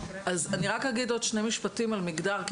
אז אני רק אגיד עוד שני משפטים על מגדר כי